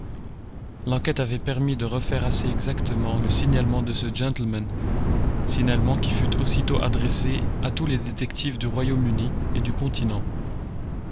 l'enquête avait permis de refaire assez exactement le signalement de ce gentleman signalement qui fut aussitôt adressé à tous les détectives du royaume-uni et du continent